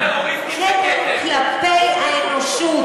כתם כלפי האנושות.